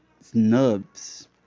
snubs